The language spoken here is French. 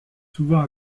souvent